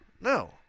No